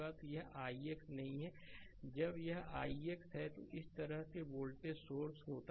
तो यह ix नहीं है अब यह ix है इसी तरह जब वोल्टेज सोर्स होता है